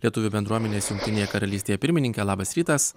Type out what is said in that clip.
lietuvių bendruomenės jungtinėje karalystėje pirmininke labas rytas